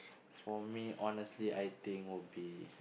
for me honestly I think would be